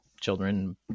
children